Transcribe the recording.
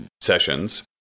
sessions